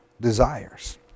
desires